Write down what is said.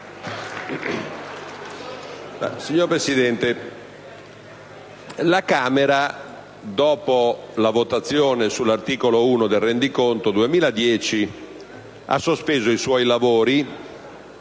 Signor Presidente, la Camera dei deputati, dopo la votazione sull'articolo 1 del rendiconto 2010, ha sospeso i suoi lavori